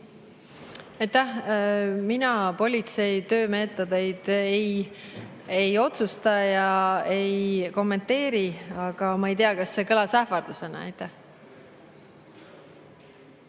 Mina politsei töömeetodeid ei otsusta ja ei kommenteeri. Aga ma ei tea, kas see kõlas ähvardusena.